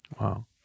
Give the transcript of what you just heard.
Wow